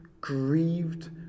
grieved